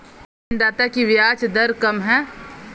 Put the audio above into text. किस ऋणदाता की ब्याज दर कम है?